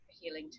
healing